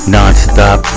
Non-stop